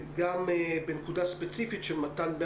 נרצה לשמוע תשובות גם בנקודה ספציפית של מתן דמי